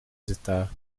zitaha